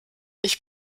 ich